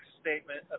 statement